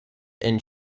and